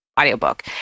audiobook